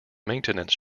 maintenance